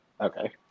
okay